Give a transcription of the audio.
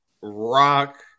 Rock